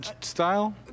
style